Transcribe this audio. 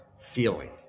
feeling